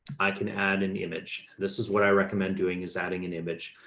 i can add an image. this is what i recommend doing is adding an image.